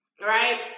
right